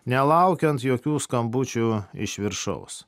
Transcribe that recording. nelaukiant jokių skambučių iš viršaus